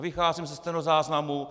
Vycházím ze stenozáznamu.